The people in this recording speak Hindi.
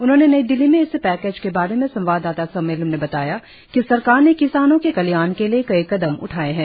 उन्होंने नई दिल्ली में इस पैकेज के बारे में संवाददाता सम्मेलन में बताया कि सरकार ने किसानों के कल्याण के लिए कई कदम उठाये हैं